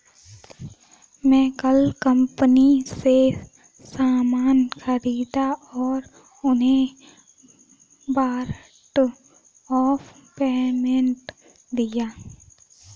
मैं कल कंपनी से सामान ख़रीदा और उन्हें वारंट ऑफ़ पेमेंट दिया